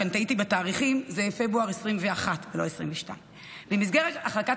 טעיתי בתאריכים: זה פברואר 2021 ולא 2022. במסגרת החלטת